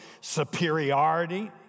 superiority